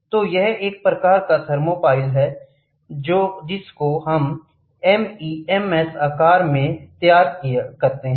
तोह यह एक प्रकार का थर्मापाइल है जिसको हमने MEMS आकार में तैयार किया है